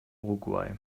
uruguay